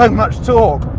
like much torque.